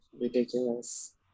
ridiculous